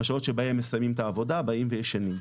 שעות שבהם מסיימים את העבודה באים וישנים.